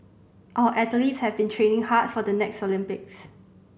our athletes have been training hard for the next Olympics